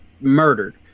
murdered